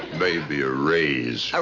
maybe a raise. a